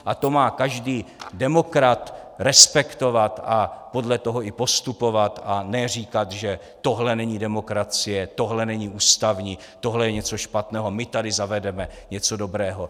A to má každý demokrat respektovat a podle toho i postupovat a ne říkat, že tohle není demokracie, tohle není ústavní, tohle je něco špatného, my tady zavedeme něco dobrého.